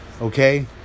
Okay